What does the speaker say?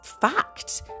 fact